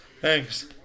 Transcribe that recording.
Thanks